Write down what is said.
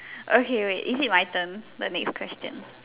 okay wait is it my turn the next question